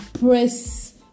press